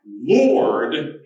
Lord